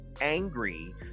angry